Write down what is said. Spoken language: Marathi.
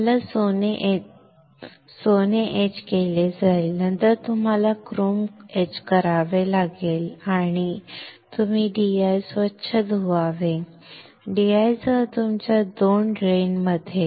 तुम्हाला सोने एच केले जाईल नंतर तुम्हाला क्रोम कोरावे लागेल आणि तुम्ही डीआय स्वच्छ धुवावे DI सह तुमच्या दोन ड्रेन मध्ये